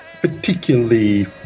particularly